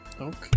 Okay